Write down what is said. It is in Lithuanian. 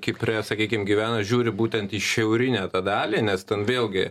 kipre sakykim gyvena žiūri būtent į šiaurinę dalį nes ten vėlgi